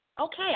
Okay